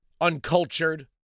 uncultured